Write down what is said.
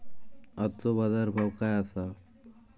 आजचो बाजार भाव काय आसा?